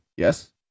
Yes